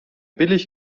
billig